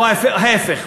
או ההפך.